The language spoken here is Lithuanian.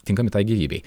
tinkami tai gyvybei